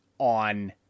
on